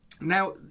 Now